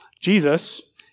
Jesus